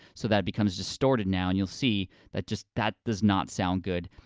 so that becomes distorted now, and you'll see that just, that does not sound good.